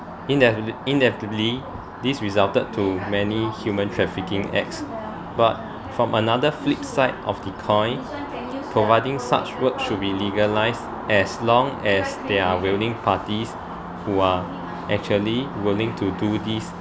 inevi~ inevitably this resulted to many human trafficking acts but from another flip side of the coin providing such work should be legalised as long as they are willing parties who are actually willing to do this